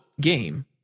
game